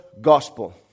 gospel